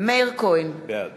מאיר כהן, בעד